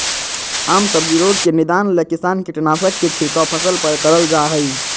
आम सब्जी रोग के निदान ले किसान कीटनाशक के छिड़काव फसल पर करल जा हई